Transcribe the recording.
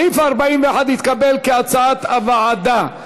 סעיף 41 נתקבל כהצעת הוועדה.